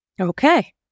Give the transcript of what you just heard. Okay